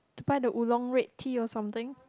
to buy the Oolong red tea or something